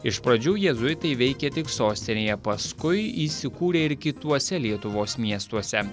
iš pradžių jėzuitai veikė tik sostinėje paskui įsikūrė ir kituose lietuvos miestuose